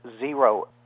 zero